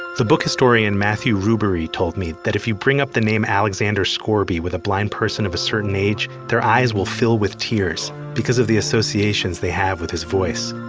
the book historian matthew rubery told me that if you bring up the name alexander scourby with a blind person of a certain age, their eyes will fill with tears of the associations they have with his voice.